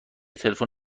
تلفن